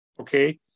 Okay